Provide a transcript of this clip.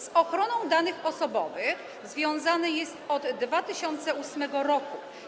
Z ochroną danych osobowych związany jest od 2008 r.